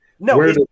No